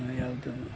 ಯಾವುದು